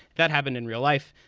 that happened in real life.